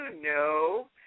No